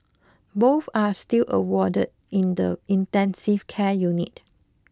both are still awarded in the intensive care unit